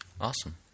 Awesome